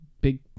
big